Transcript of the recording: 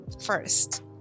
first